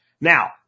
now